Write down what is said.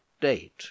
date